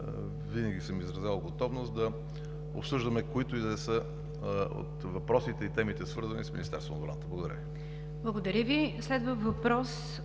винаги съм изразявал готовност да обсъждаме, които и да са от въпросите и темите, свързани с Министерството на отбраната. Благодаря Ви.